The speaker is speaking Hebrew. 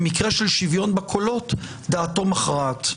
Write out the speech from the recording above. במקרה של שוויון בקולות דעתו מכרעת.